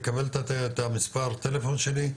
תקבל את מספר הטלפון שלי,